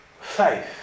faith